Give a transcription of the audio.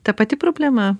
ta pati problema